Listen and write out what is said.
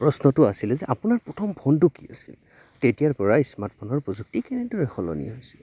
প্ৰশ্নটো আছিলে যে আপোনাৰ প্ৰথম ফোনটো কি আছিল তেতিয়াৰ পৰা স্মাৰ্টফোনৰ প্ৰযুক্তি কেনেদৰে সলনি হৈছে